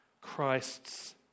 Christ's